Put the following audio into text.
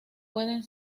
pueden